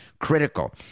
Critical